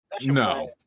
no